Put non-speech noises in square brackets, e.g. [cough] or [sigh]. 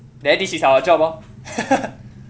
there this is our job orh [laughs]